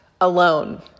alone